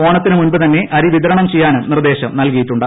ഓണത്തിന് മുൻപു തന്നെ അരി വിതരണം ചെയ്യാനും നിർദ്ദേശം നൽകിയിട്ടുണ്ട്